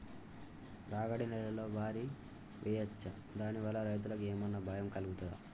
రాగడి నేలలో వరి వేయచ్చా దాని వల్ల రైతులకు ఏమన్నా భయం కలుగుతదా?